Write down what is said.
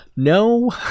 No